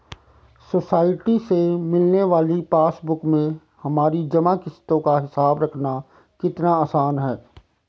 society से मिलने वाली पासबुक में हमारी जमा किश्तों का हिसाब रखना कितना आसान है